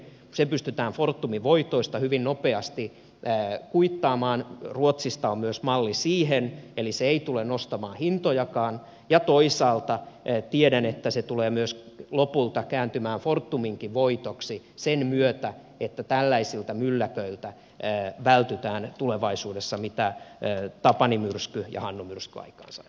se pystytään fortumin voitoista hyvin nopeasti kuittaamaan ruotsista on myös malli siihen eli se ei tule nostamaan hintojakaan ja toisaalta tiedän että se tulee lopulta kääntymään fortuminkin voitoksi sen myötä että tällaisilta mylläköiltä vältytään tulevaisuudessa mitä tapani myrsky ja hannu myrsky aikaan saivat